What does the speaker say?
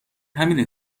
همینو